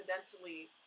accidentally